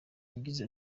yagize